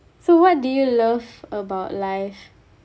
so what do you love about life